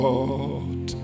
Lord